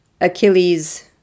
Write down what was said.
Achilles